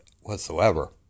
whatsoever